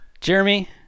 Jeremy